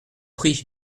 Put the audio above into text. prix